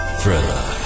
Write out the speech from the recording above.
Thriller